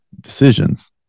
decisions